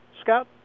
Scott